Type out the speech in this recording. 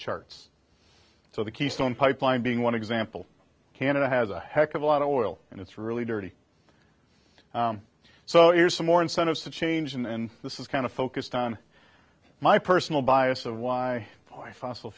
charts so the keystone pipeline being one example canada has a heck of a lot of oil and it's really dirty so here's some more incentives to change and this is kind of focused on my personal bias of why why fossi